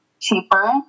cheaper